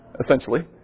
essentially